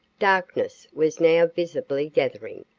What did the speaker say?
darkness was now visibly gathering.